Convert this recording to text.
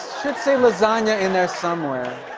say lasagna in there somewhere.